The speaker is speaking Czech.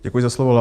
Děkuji za slovo.